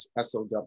SOW